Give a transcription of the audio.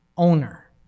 owner